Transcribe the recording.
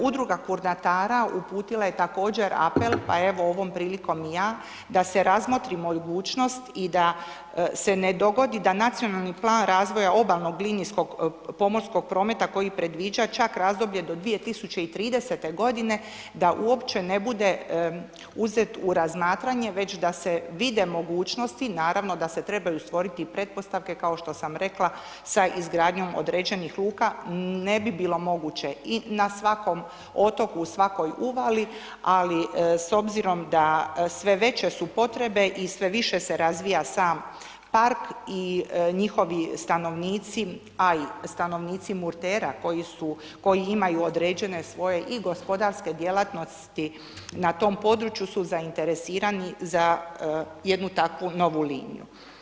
Udruga Kornatara uputila je također apel, pa evo ovom prilikom i ja, da se razmotri mogućnost i da se ne dogodi da nacionalni plan razvoja obalnog linijskog pomorskog prometa koji predviđa čak razdoblje do 2030. godine da uopće ne bude u razmatranje već da se vide mogućnosti naravno da se trebaju stvoriti pretpostavke kao što sam rekla sa izgradnjom određenih luka, ne bi bilo moguće i na svakom otoku u svakoj uvali, ali s obzirom da sve veće su potrebe i sve više se razvija sam park i njihovi stanovnici, a i stanovnici Murtera koji su, koji imaju određene svoje i gospodarske djelatnosti na tom području su zainteresirani za jednu takvu novu liniju.